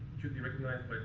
get recognized